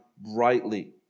brightly